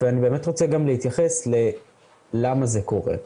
ואני רוצה גם להתייחס ללמה זה קורה.